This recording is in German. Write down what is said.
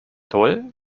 toll